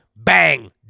Bang